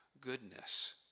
goodness